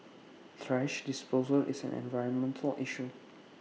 thrash disposal is an environmental issue